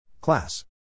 Class